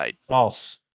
False